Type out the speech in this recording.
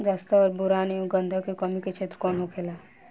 जस्ता और बोरान एंव गंधक के कमी के क्षेत्र कौन होखेला?